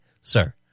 sir